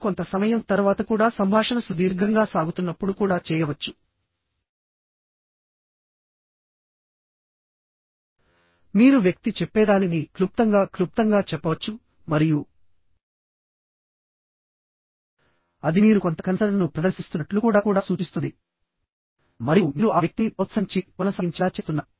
మీరు కొంత సమయం తర్వాత కూడా సంభాషణ సుదీర్ఘంగా సాగుతున్నప్పుడు కూడా చేయవచ్చు మీరు వ్యక్తి చెప్పేదానిని క్లుప్తంగా క్లుప్తంగా చెప్పవచ్చు మరియు అది మీరు కొంత కన్సర్న్ ను ప్రదర్శిస్తున్నట్లు కూడా కూడా సూచిస్తుంది మరియు మీరు ఆ వ్యక్తిని ప్రోత్సహించి కొనసాగించేలా చేస్తున్నారు